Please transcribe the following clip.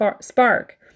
spark